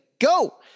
go